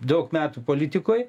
daug metų politikoj